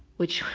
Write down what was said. which,